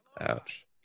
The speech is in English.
Ouch